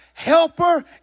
helper